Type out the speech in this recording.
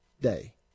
day